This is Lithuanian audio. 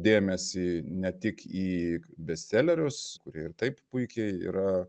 dėmesį ne tik į bestselerius kurie ir taip puikiai yra